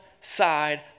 side